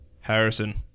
Harrison